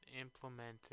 implementing